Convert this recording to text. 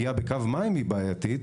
שתשתית של קו מים היא בעייתית,